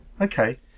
okay